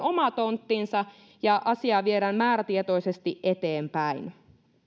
oma tonttinsa ja asiaa viedään määrätietoisesti eteenpäin